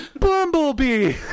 bumblebee